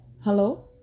Hello